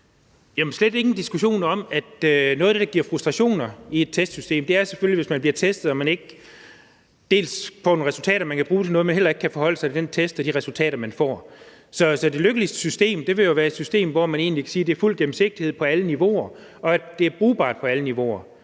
der er slet ingen diskussion om, at noget af det, der giver frustrationer i forbindelse med et testsystem, selvfølgelig er, hvis man bliver testet og man ikke får nogle resultater, man kan bruge til noget, men heller ikke kan forholde sig til den test og de resultater, man får. Så det lykkeligste system vil jo være et system, hvor man kan sige, at der er fuld gennemsigtighed på alle niveauer, og at det er brugbart på alle niveauer.